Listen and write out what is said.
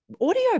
audio